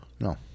No